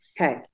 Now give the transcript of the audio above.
Okay